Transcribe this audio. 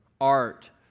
art